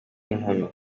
n’inkumi